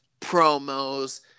promos